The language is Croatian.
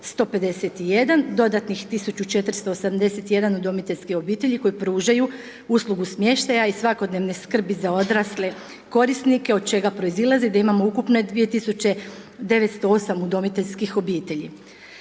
2151, dodatno 1481 udomiteljskih obitelji koje pružaju uslugu smještaja i svakodnevne skrbi za odrasle korisnike, od čega proizlazi da imamo ukupno 2908 udomiteljskih obitelji.